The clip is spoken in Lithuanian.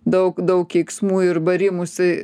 daug daug keiksmų ir barimųsi